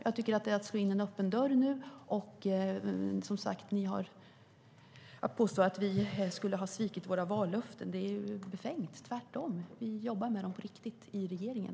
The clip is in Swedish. Jag tycker att det är att slå in en öppen dörr nu. Och att påstå att vi skulle ha svikit våra vallöften är befängt. Det är tvärtom. Vi jobbar med dem på riktigt i regeringen.